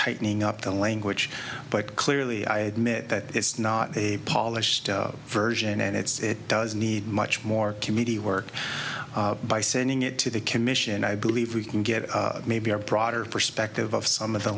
tightening up the language but clearly i admit that it's not a polished version and it's it does need much more committee work by sending it to the commission i believe we can get maybe a broader perspective of some of the